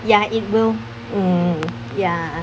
ya it will mm ya